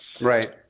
right